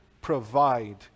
provide